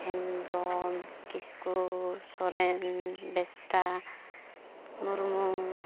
ᱦᱮᱢᱵᱨᱚᱢ ᱠᱤᱥᱠᱩ ᱥᱚᱨᱮᱱ ᱵᱮᱥᱨᱟ ᱢᱩᱨᱢᱩ